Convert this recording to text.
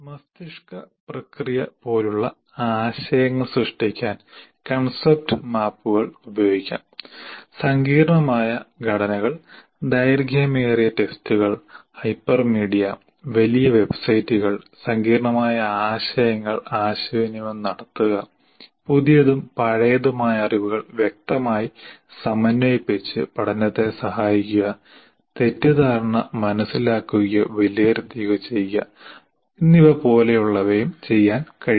മസ്തിഷ്കപ്രക്രിയ പോലുള്ള ആശയങ്ങൾ സൃഷ്ടിക്കാൻ കൺസെപ്റ്റ് മാപ്പുകൾ ഉപയോഗിക്കാം സങ്കീർണ്ണമായ ഘടനകൾ ദൈർഘ്യമേറിയ ടെസ്റ്റുകൾ ഹൈപ്പർമീഡിയ വലിയ വെബ്സൈറ്റുകൾ സങ്കീർണ്ണമായ ആശയങ്ങൾ ആശയവിനിമയം നടത്തുക പുതിയതും പഴയതുമായ അറിവുകൾ വ്യക്തമായി സമന്വയിപ്പിച്ച് പഠനത്തെ സഹായിക്കുക തെറ്റിദ്ധാരണ മനസ്സിലാക്കുകയോ വിലയിരുത്തുകയോ ചെയ്യുക പോലെയുള്ളവയും ചെയ്യാൻ കഴിയും